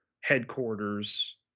headquarters